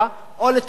או לתל-אביב,